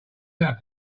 that